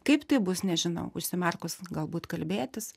kaip tai bus nežinau užsimerkus galbūt kalbėtis